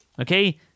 Okay